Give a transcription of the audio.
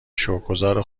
شکرگزار